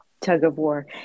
tug-of-war